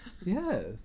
Yes